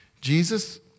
Jesus